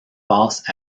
passent